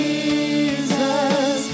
Jesus